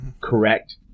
correct